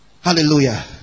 Hallelujah